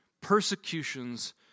persecutions